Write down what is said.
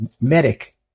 medic